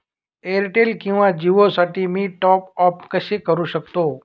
Airtel किंवा जिओसाठी मी टॉप ॲप कसे करु शकतो?